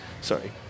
Sorry